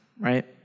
right